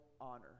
honor